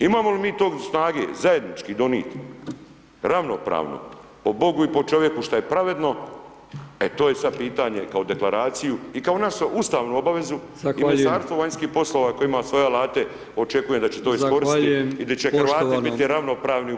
Imamo li mi to snage zajednički donijeti ravnopravno po Bogu i po čovjeku što je pravedno e to je sada pitanje kao deklaraciju i kao našu ustavnu obavezu i Ministarstvo vanjskih poslova koje ima svoje alate očekujem da će to iskoristiti da će Hrvati biti ravnopravni u BiH.